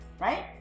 right